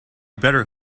better